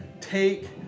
take